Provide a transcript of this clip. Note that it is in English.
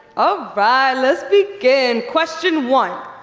all right, let's begin. question one,